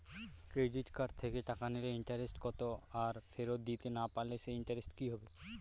Credit card থেকে টাকা নিলে ইন্টারেস্ট কত আর ফেরত দিতে না পারলে সেই ইন্টারেস্ট কি হবে?